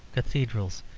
cathedrals,